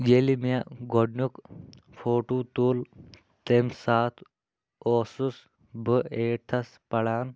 ییٚلہِ مےٚ گۄڈٕنیُک فوٹوٗ تُل تمہِ ساتہٕ اوسُس بہٕ ایٹتھَس پَران